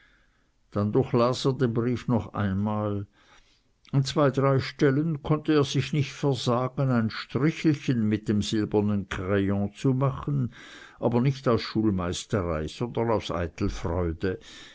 dann durchlas er den brief noch einmal an zwei drei stellen konnt er sich nicht versagen ein strichelchen mit dem silbernen crayon zu machen aber nicht aus schulmeisterei sondern aus eitel freude